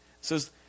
says